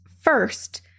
first